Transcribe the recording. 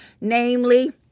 namely